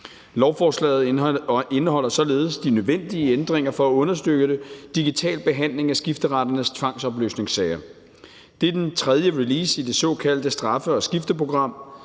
Lovforslaget indeholder således de nødvendige ændringer for at understøtte digital behandling af skifteretternes tvangsopløsningssager. Det er den tredje release i det såkaldte straffe- og skifteprogram.